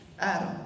Adam